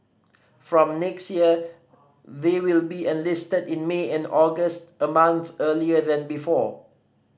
from next year they will be enlisted in May and August a month earlier than before